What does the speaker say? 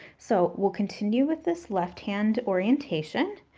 so we'll continue with this left-hand orientation,